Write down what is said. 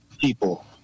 people